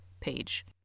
page